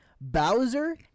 Bowser